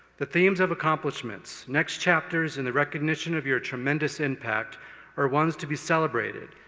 the themes of accomplishments, next chapters, and the recognition of your tremendous impact are ones to be celebrated.